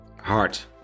heart